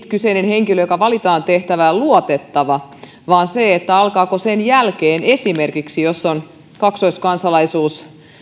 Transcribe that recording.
kyseinen henkilö joka valitaan tehtävään luotettava vaan siitä alkaako sen jälkeen jos esimerkiksi on kaksoiskansalaisuus